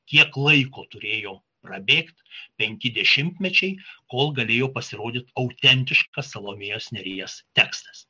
kiek laiko turėjo prabėgt penki dešimtmečiai kol galėjo pasirodyt autentiškas salomėjos nėries tekstas